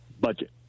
budget